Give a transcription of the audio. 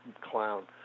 clown